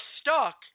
stuck